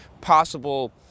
possible—